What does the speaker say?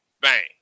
Bang